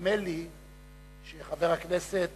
נדמה לי שחבר הכנסת